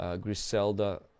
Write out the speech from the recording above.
Griselda